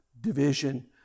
division